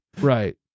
Right